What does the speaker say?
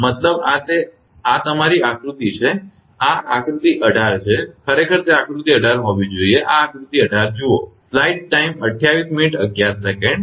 મતલબ કે આ તે છે કે આ તમારી ખરેખર આકૃતિ છે તે આકૃતિ 18 છે ખરેખર તે આકૃતિ 18 હોવી જોઈએ આ આકૃતિ 18 છે